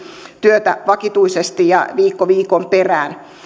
työtä vakituisesti ja viikko viikon perään